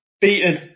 beaten